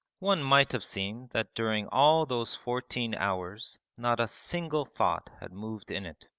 one might have seen that during all those fourteen hours not a single thought had moved in it.